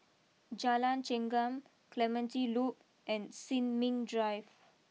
Jalan Chengam Clementi Loop and Sin Ming Drive